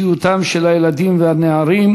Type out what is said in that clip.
יושב-ראש הכנסת.